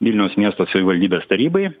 vilniaus miesto savivaldybės tarybai